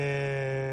ואוו,